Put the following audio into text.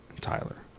Tyler